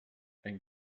ein